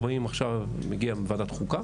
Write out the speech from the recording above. אני מגיע מוועדת החוקה,